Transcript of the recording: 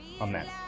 Amen